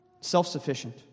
Self-sufficient